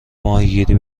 ماهیگیری